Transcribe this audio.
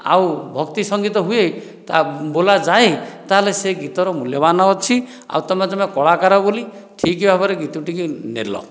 ଆଉ ଭକ୍ତି ସଙ୍ଗୀତ ହୁଏ ତା ବୋଲା ଯାଏ ତାହେଲେ ସେ ଗୀତର ମୂଲ୍ୟବାନ ଅଛି ଆଉ ତମେ ଜଣେ କଳାକାର ବୋଲି ଠିକ୍ ଭାବରେ ଗୀତଟିକୁ ନେଲ